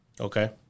Okay